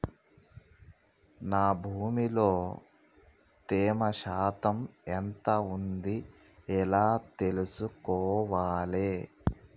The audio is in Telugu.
నా భూమి లో తేమ శాతం ఎంత ఉంది ఎలా తెలుసుకోవాలే?